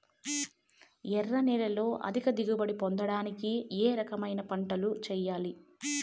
ఎర్ర నేలలో అధిక దిగుబడి పొందడానికి ఏ రకమైన పంటలు చేయాలి?